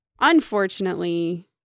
Unfortunately